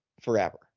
Forever